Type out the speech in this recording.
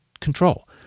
control